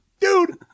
dude